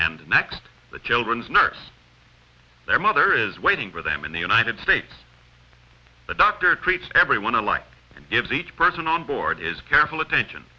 and next the children's nurse their mother is waiting for them in the united states the doctor treats everyone alike and gives each person onboard is careful attention